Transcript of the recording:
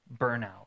burnout